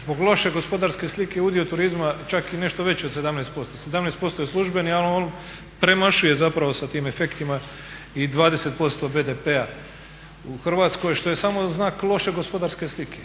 zbog loše gospodarske slike udio turizma čak i nešto veći od 17%. 17% je službeni ali ono premašuje zapravo sa tim efektima i 20% BDP-a u Hrvatskoj što je samo znak loše gospodarske slike.